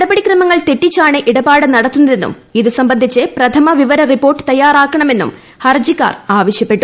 നടപടി ക്രമങ്ങൾ തെറ്റിച്ചാണ് ഇടപാട് നടത്തുന്നതെന്നും ഇതു സംബന്ധിച്ച് പ്രഥമവിവര റിപ്പോർട്ട് തയ്യാറാക്കണമെന്നും ഹർജിക്കാർ ആവശ്യപ്പെട്ടു